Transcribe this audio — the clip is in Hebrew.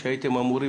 שהייתם אמורים,